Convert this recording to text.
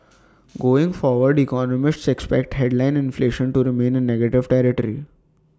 going forward economists expect headline inflation to remain in negative territory